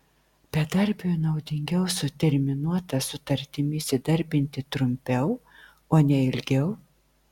bedarbiui naudingiau su terminuota sutartimi įsidarbinti trumpiau o ne ilgiau